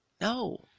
No